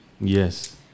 Yes